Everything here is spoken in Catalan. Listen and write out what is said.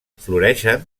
floreixen